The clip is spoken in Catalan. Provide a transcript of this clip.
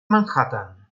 manhattan